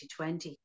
2020